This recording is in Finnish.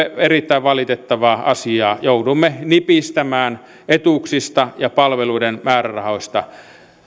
erittäin valitettavaa asiaa joudumme nipistämään etuuksista ja palveluiden määrärahoista